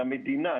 של המדינה,